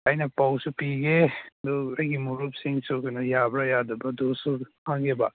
ꯑꯩꯅ ꯄꯥꯎꯁꯨ ꯄꯤꯒꯦ ꯑꯗꯨ ꯑꯩꯒꯤ ꯃꯔꯨꯞꯁꯤꯡꯁꯨ ꯀꯩꯅꯣ ꯌꯥꯕ꯭ꯔ ꯌꯥꯗꯕ꯭ꯔ ꯑꯗꯨꯁꯨ ꯍꯪꯒꯦꯕ